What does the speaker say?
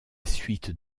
suite